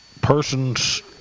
persons